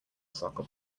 soccer